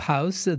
House